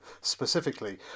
specifically